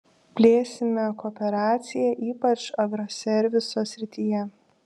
plėsime kooperaciją ypač agroserviso srityje